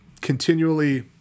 continually